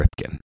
Ripken